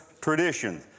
tradition